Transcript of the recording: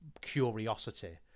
curiosity